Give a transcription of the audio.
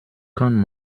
kann